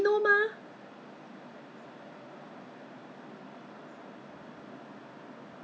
err drumlets and wings okay drumlet okay lah eat with rice is okay but actually the one that I really like is um